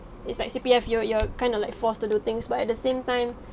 it's like C_P_F you're you're kind of like forced to do things but at the same time